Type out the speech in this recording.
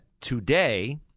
today